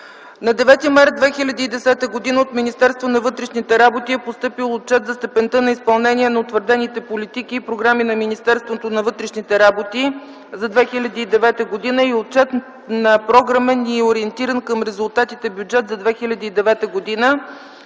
На 9 март 2010 г. от Министерството на вътрешните работи е постъпил Отчет за степента на изпълнение на утвърдените политики и програми на Министерството на вътрешните работи за 2009 г. и Отчет на програмен и ориентиран към резултатите бюджет за 2009 г.